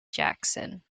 jackson